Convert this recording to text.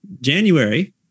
January